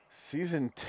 Season